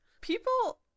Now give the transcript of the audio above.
People